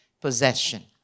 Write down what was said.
possession